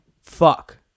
Fuck